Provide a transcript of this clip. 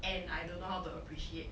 and I don't know how to appreciate